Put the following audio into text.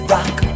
Rock